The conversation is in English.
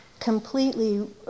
completely